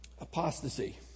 Apostasy